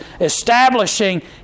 establishing